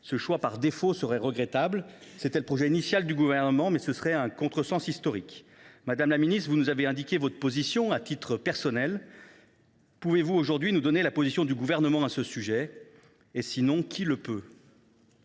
Ce choix par défaut serait regrettable. C’était le projet initial du Gouvernement, mais ce serait un contresens historique. Vous nous avez indiqué votre position à titre personnel, madame la ministre. Pouvez vous aujourd’hui nous donner la position du Gouvernement sur le sujet ? Et sinon, qui le peut ?